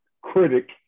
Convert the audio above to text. critic